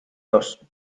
dos